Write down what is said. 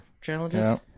challenges